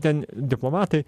ten diplomatai